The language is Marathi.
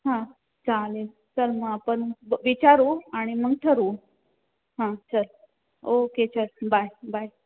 हां चालेल चल मग आपण ब विचारू आणि मग ठरवू हां चल ओके चल बाय बाय